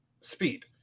speed